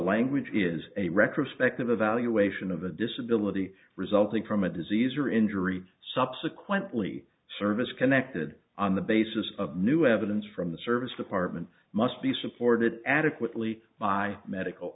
language is a wreck respective evaluation of a disability resulting from a disease or injury subsequently service connected on the basis of new evidence from the service department must be supported adequately by medical